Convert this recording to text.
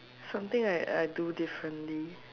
something I I do differently